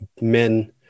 men